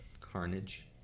Carnage